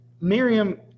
Miriam